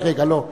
רק רגע, לא.